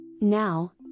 Now